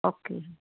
okay ਜੀ